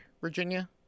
Virginia